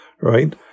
right